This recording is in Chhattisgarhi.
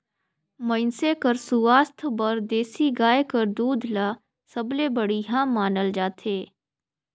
मइनसे कर सुवास्थ बर देसी गाय कर दूद ल सबले बड़िहा मानल जाथे